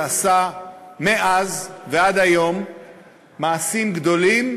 ועשה מאז ועד היום מעשים גדולים